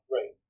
Right